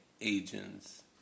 agents